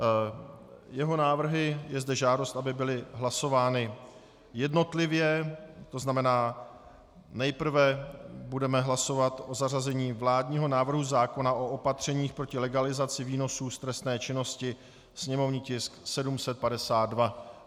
U jeho návrhů je žádost, aby byly hlasovány jednotlivě, to znamená, nejprve budeme hlasovat o zařazení vládního návrhu zákona o opatřeních proti legalizaci výnosů z trestné činnosti, sněmovní tisk 752.